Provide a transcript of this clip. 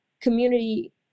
community